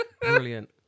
Brilliant